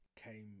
came